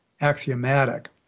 axiomatic